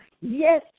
Yes